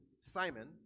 Simon